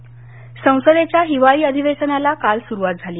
अधिवेशन संसदेच्या हिवाळी अधिवेशनाला काल सुरूवात झाली